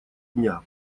дня